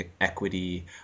equity